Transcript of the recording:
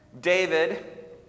David